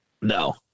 No